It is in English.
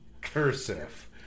Cursive